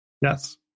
Yes